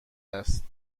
است